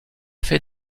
fait